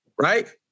right